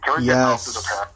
Yes